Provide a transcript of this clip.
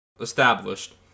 established